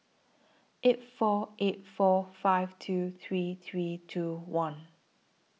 eight four eight four five two three three two one